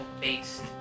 based